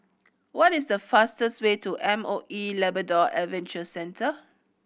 what is the fastest way to M O E Labrador Adventure Centre